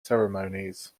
ceremonies